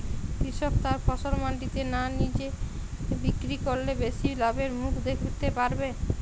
কৃষক তার ফসল মান্ডিতে না নিজে বিক্রি করলে বেশি লাভের মুখ দেখতে পাবে?